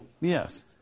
Yes